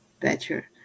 better